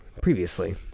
previously